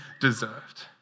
deserved